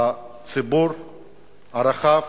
הציבור הרחב